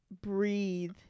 breathe